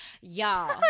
y'all